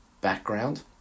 background